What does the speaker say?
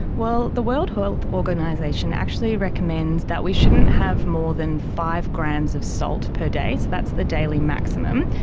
well, the world health organisation actually recommends that we shouldn't have more than five grams of salt per day, so that's the daily maximum.